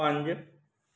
ਪੰਜ